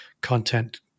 content